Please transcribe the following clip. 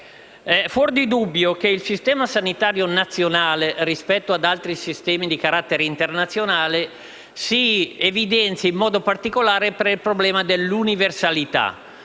fuori dubbio che il Sistema sanitario nazionale, rispetto ad altri sistemi internazionali, si evidenzia in modo particolare per il problema dell'universalità: